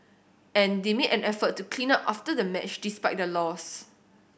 and they made an effort to clean up after the match despite the loss